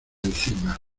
encima